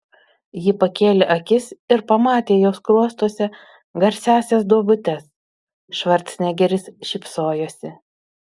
ji pakėlė akis ir pamatė jo skruostuose garsiąsias duobutes švarcnegeris šypsojosi